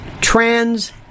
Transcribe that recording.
trans